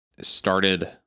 started